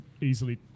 easily